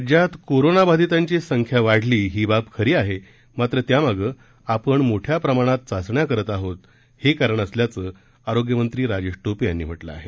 राज्यात कोरोनाबाधितांची संख्या वाढली ही बाब खरी आहे मात्र त्यामागे आपण मोठ्या प्रमाणात चाचण्या करत आहोत हे कारण असल्याचं आरोग्यमंत्री राजेश टोपे यांनी म्हटलं आहे